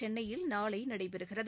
சென்னையில் நாளை நடைபெறுகிறது